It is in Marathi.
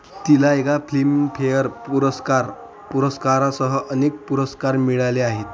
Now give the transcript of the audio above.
तिला एका फ्लिमफेअर पुरस्कार पुरस्कारासह अनेक पुरस्कार मिळाले आहेत